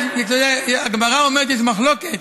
הגמרה אומרת שיש מחלוקת.